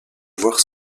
voir